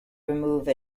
remove